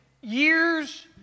years